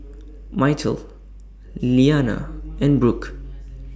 Myrtle Lilyana and Brooke